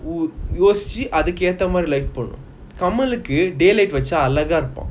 யோசிச்சி அதுக்கு ஏத்த மாறி போடணும் கமலுக்கு:yosichi athuku yeatha maari podanum kamaluku day~ daylight வெச்ச ஆளாக இருப்பான்:vecha aalaga irupan